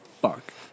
fuck